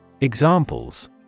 Examples